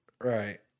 Right